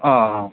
অ